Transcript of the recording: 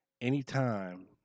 Anytime